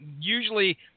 usually